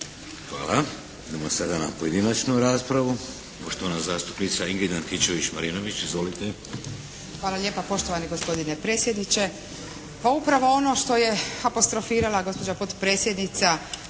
Hvala. Idemo sada na pojedinačnu raspravu. Poštovana zastupnica Ingrid Antičević Marinović. Izvolite. **Antičević Marinović, Ingrid (SDP)** Hvala lijepa poštovani gospodine predsjedniče. Pa upravo ono što je apostrofirala gospođa potpredsjednica